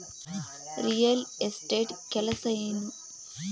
real estate ಕೆಲಸ ಏನು